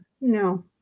No